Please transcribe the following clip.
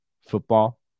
football